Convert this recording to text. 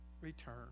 return